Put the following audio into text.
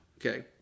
Okay